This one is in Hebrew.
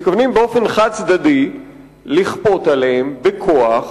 מתכוונים באופן חד-צדדי לכפות עליהם בכוח